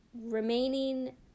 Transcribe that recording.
remaining